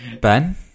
Ben